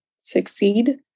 succeed